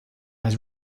has